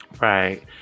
right